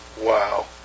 Wow